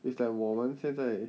it's like 我们现在